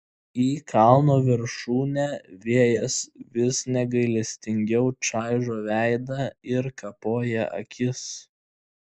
į kalno viršūnę vėjas vis negailestingiau čaižo veidą ir kapoja akis